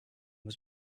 was